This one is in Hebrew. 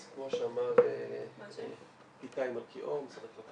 אז כמו שאמר עמיתי פה,